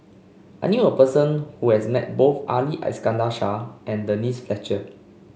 I knew a person who has met both Ali Iskandar Shah and Denise Fletcher